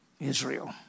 Israel